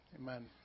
Amen